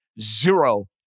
zero